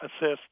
assist